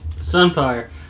Sunfire